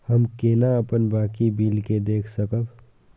हम केना अपन बाकी बिल के देख सकब?